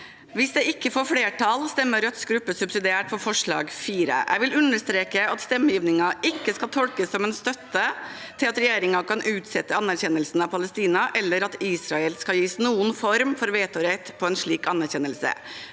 forslaget ikke får flertall, vil Rødts gruppe stemme subsidiært for forslag nr. 4. Jeg vil understreke at stemmegivningen ikke skal tolkes som en støtte til at regjeringen kan utsette anerkjennelsen av Palestina, eller at Israel skal gis noen form for vetorett i forbindelse